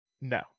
No